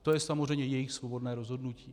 To je samozřejmě jejich svobodné rozhodnutí.